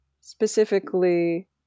specifically